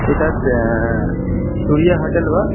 एतद् सूर्य होटेल् वा